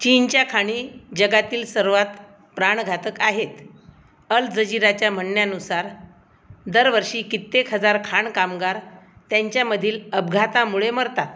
चीनच्या खाणी जगातील सर्वात प्राणघातक आहेत अल जझीराच्या म्हणण्यानुसार दरवर्षी कित्येक हजार खाण कामगार त्यांच्यामधील अपघातामुळे मरतात